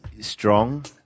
strong